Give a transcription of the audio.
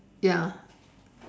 ya